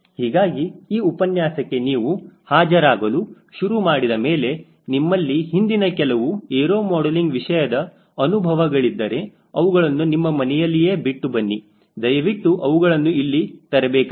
ಹೀಗಾಗಿ ಈ ಉಪನ್ಯಾಸಕ್ಕೆ ನೀವು ಹಾಜರಾಗಲು ಶುರು ಮಾಡಿದ ಮೇಲೆ ನಿಮ್ಮಲ್ಲಿ ಹಿಂದಿನ ಕೆಲವು ಏರೋ ಮಾಡಲಿಂಗ್ ವಿಷಯದ ಅನುಭವಗಳಿದ್ದರೆ ಅವುಗಳನ್ನು ನಿಮ್ಮ ಮನೆಯಲ್ಲಿಯೇ ಬಿಟ್ಟು ಬನ್ನಿ ದಯವಿಟ್ಟು ಅವುಗಳನ್ನು ಇಲ್ಲಿ ತರಬೇಕಾಗಿಲ್ಲ